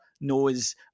knows